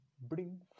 bring